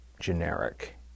generic